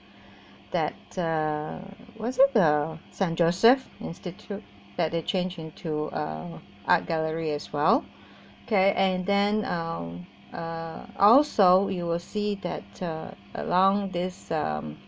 that uh st joseph institute that they change into uh art gallery as well okay and then um uh also you will see that uh along this um